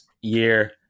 year